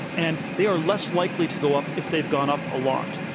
and they are less likely to go up if they've gone up a lot.